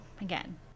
again